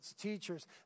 teachers